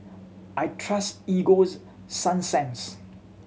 I trust Egoes sunsense